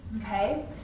okay